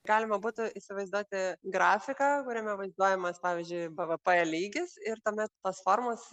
galima būtų įsivaizduoti grafiką kuriame vaizduojamas pavyzdžiui bvp lygis ir tuomet tos formos